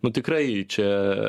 nu tikrai čia